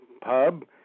pub